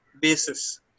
basis